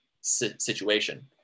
situation